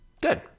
Good